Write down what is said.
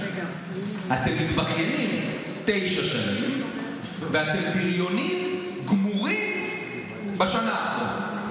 אתם מתבכיינים תשע שנים ואתם בריונים גמורים בשנה האחרונה.